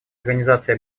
организации